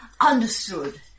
Understood